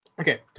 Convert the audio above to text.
Okay